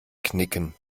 knicken